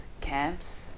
camps